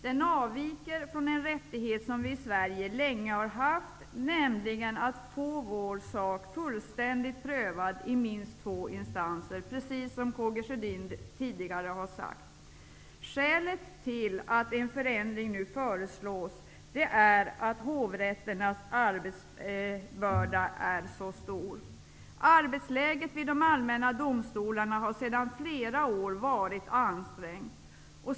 Den avviker från en rättighet som vi i Sverige länge har haft, nämligen rätten att få vår sak fullständigt prövad i minst två instanser, precis som K-G Sjödin tidigare har sagt. Skälet till att en förändring nu föreslås är att hovrätternas arbetsbörda är så stor. Arbetsläget vid de allmänna domstolarna har sedan flera år varit ansträngt.